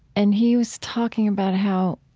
and he was talking about how,